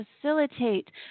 facilitate